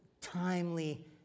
timely